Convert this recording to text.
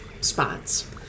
spots